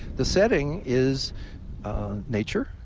the setting is nature.